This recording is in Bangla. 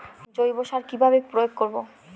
জৈব সার কি ভাবে প্রয়োগ করব?